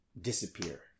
disappear